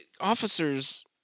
officers